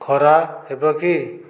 ଖରା ହେବ କି